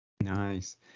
Nice